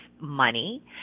money